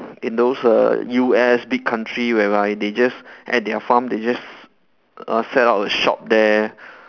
in those err U_S big country whereby they just at their farm they just err set up a shop there